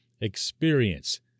experience